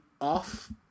off